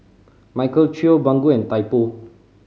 Michael Trio Baggu and Typo